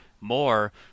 more